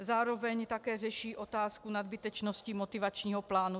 Zároveň také řeší otázku nadbytečnosti motivačního plánu.